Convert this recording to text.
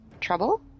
trouble